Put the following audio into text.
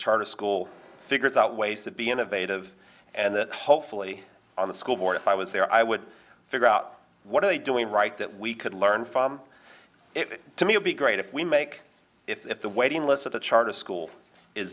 charter school figures out ways to be innovative and the hopefully on the school board if i was there i would figure out what are they doing right that we could learn from it to me would be great if we make if the waiting list at the charter school is